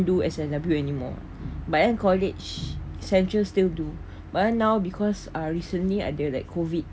do S_A_W anymore but then college central still do but now because ah recently ada like COVID